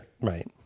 Right